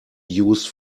used